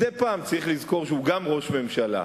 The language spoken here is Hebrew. מדי פעם צריך לזכור שהוא גם ראש ממשלה,